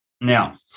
Now